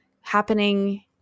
happening